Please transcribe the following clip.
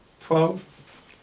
twelve